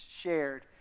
shared